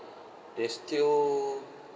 they still